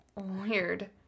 weird